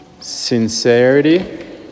Sincerity